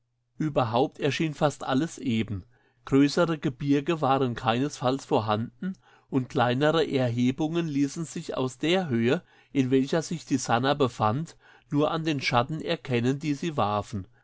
überhaupt erschien fast alles eben größere gebirge waren keinesfalls vorhanden und kleinere erhebungen ließen sich aus der höhe in welcher sich die sannah befand nur an den schatten erkennen die sie warfen